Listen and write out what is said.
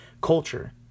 culture